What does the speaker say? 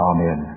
Amen